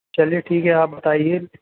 चलिए ठीक है आप बताइए